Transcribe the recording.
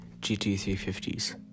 GT350s